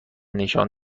نشان